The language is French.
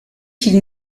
qu’ils